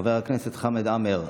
חבר הכנסת חמד עמאר,